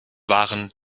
waren